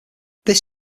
this